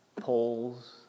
polls